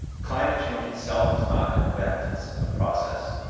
climate change itself is not an event. it's a process.